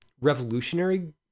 revolutionary